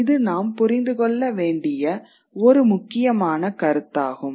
இது நாம் புரிந்து கொள்ள வேண்டிய ஒரு முக்கியமான கருத்தாகும்